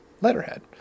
letterhead